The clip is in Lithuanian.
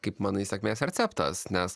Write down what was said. kaip manai sėkmės receptas nes